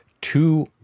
two